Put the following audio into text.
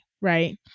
right